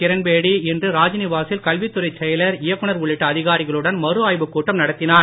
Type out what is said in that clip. கிரண்பேடி இன்று ராஜ்நிவா சில் கல்வித் துறைச் செயலர் இயக்குனர் உள்ளிட்ட அதிகாரிகளுடன் மறுஆய்வுக் கூட்டம் நடத்தினார்